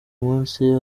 munsi